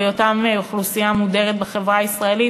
או היותם אוכלוסייה מודרת בחברה הישראלית,